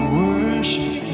worship